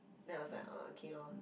then I was like orh okay lor